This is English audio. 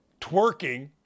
twerking